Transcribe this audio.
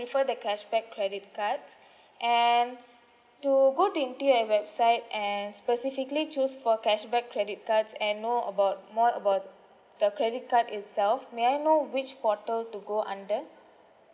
the cashback credit card and to go into your website and specifically choose for cashback credit cards and know about more about the credit card itself may I know which portal to go under